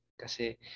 Kasi